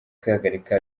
kwihagarika